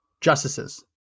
justices